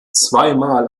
zweimal